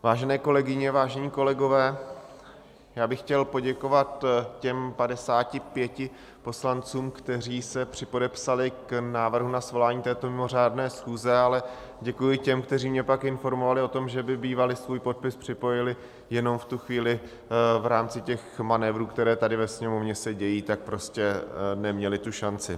Vážené kolegyně, vážení kolegové, já bych chtěl poděkovat těm 55 poslancům, kteří se připodepsali k návrhu na svolání této mimořádné schůze, ale děkuji těm, kteří mě pak informovali o tom, že by bývali svůj podpis připojili, jenom v tu chvíli v rámci těch manévrů, které se tady ve Sněmovně dějí, neměli tu šanci.